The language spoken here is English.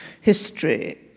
history